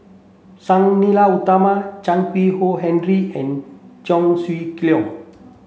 Sang Nila Utama Chan Keng Howe Harry and Cheong Siew Keong